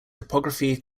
topography